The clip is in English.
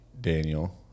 Daniel